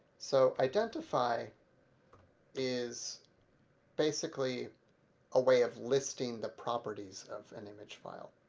so identify is basically a way of listing the properties of an image file.